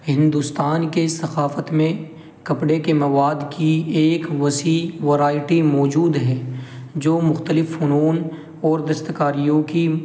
ہندوستان کے ثقافت میں کپڑے کے مواد کی ایک وسیع ورائٹی موجود ہے جو مختلف فنون اور دستکاریوں کی